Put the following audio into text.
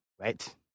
right